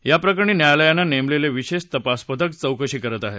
याप्रकरणी न्यायालयानं नेमलेले विशेष तपास पथक चौकशी करत आहे